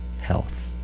health